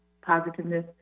positiveness